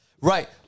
Right